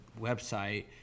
website